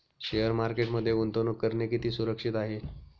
Share मार्केटमध्ये गुंतवणूक करणे किती सुरक्षित आहे?